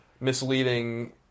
misleading